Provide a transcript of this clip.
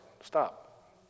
Stop